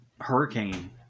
hurricane